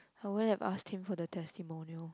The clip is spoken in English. I won't have asked him for the testimonial